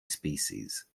species